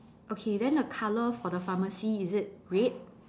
okay then the colour for the pharmacy is it red